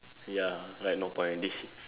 ya like no point already